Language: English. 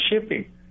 shipping